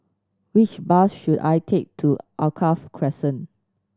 which bus should I take to Alkaff Crescent